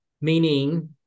Meaning